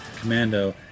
commando